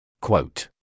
Quote